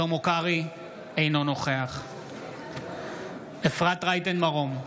אינו נוכח אפרת רייטן מרום,